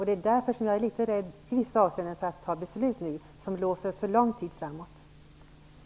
Det är därför jag i vissa avseenden är litet rädd för att fatta beslut som låser oss för lång tid framåt nu.